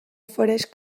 ofereix